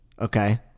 okay